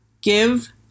give